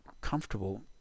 comfortable